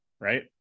right